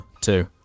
two